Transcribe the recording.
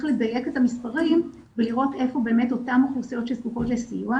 לדייק את המספרים ולראות איפה באמת אותן אוכלוסיות שזקוקות לסיוע.